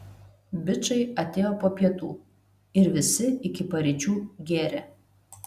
bičai atėjo po pietų ir visi iki paryčių gėrė